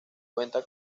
cuenta